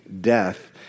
death